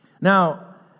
Now